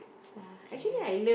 okay